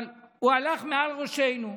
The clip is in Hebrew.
אבל הוא הלך מעל ראשינו.